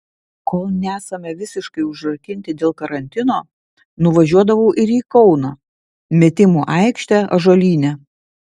kol nesame visiškai užrakinti dėl karantino nuvažiuodavau ir į kauną metimų aikštę ąžuolyne